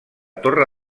torre